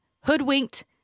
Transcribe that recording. hoodwinked